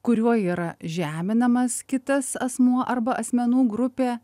kuriuo yra žeminamas kitas asmuo arba asmenų grupė